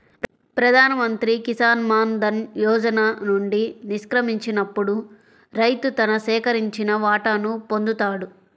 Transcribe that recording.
ప్రధాన్ మంత్రి కిసాన్ మాన్ ధన్ యోజన నుండి నిష్క్రమించినప్పుడు రైతు తన సేకరించిన వాటాను పొందుతాడు